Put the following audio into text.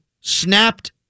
snapped